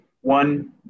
one